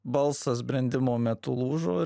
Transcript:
balsas brendimo metu lūžo